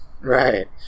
Right